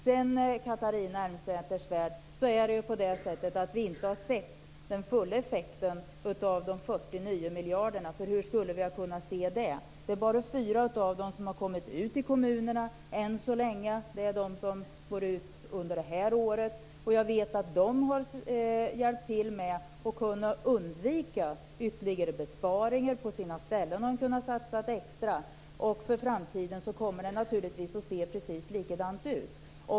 Sedan, Catharina Elmsäter-Svärd, är det ju på det sättet att vi inte har sett den fulla effekten av de 40 nya miljarderna. Hur skulle vi ha kunnat göra det? Det är bara fyra av dem som än så länge har kommit ut i kommunerna. Det är de som går ut under det här året. Jag vet att de har hjälpt till så att man har kunnat undvika ytterligare besparingar. På en del ställen har man kunnat satsa extra. För framtiden kommer det naturligtvis att se precis likadant ut.